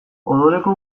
odoleko